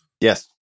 Yes